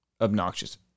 obnoxious